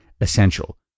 essential